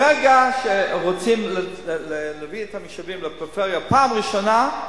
ברגע שרוצים להביא את המשאבים לפריפריה בפעם הראשונה,